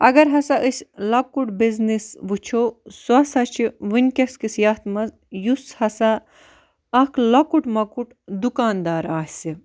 اگر ہَسا أسۍ لَکُٹ بِزنٮ۪س وٕچھو سُہ ہَسا چھُ وِنکیٚس کِس یَتھ مَنٛز یُس ہَسا اکھ لَکُٹ مَکُٹ دُکان دار آسہِ